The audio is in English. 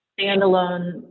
standalone